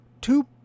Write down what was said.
two